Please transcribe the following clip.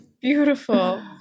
Beautiful